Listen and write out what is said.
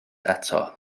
eto